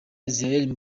israel